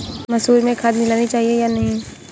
मसूर में खाद मिलनी चाहिए या नहीं?